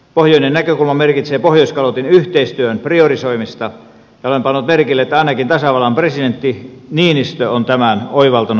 pohjoinen näkökulma merkitsee pohjoiskalotin yhteistyön priorisoimista ja olen pannut merkille että ainakin tasavallan presidentti niinistö on tämän oivaltanut